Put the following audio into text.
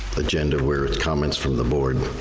agenda, where it's comments from the board.